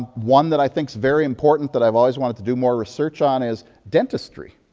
one that, i think, is very important that i've always wanted to do more research on is dentistry.